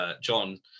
John